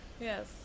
Yes